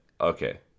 okay